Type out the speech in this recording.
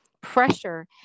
pressure